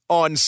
on